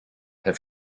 have